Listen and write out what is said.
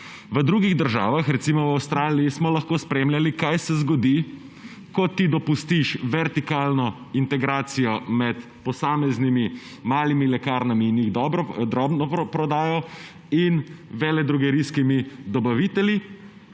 V drugih državah, recimo v Avstraliji, smo lahko spremljali, kaj se zgodi, ko ti dopustiš vertikalno integracijo med posameznimi malimi lekarnami in njih drobno prodajo in veledrogerijskimi dobavitelji,